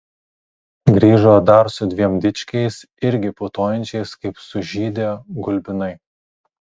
grįžo dar su dviem dičkiais irgi putojančiais kaip sužydę gulbinai